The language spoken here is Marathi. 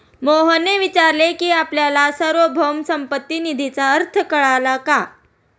मोहनने विचारले की आपल्याला सार्वभौम संपत्ती निधीचा अर्थ कळला का?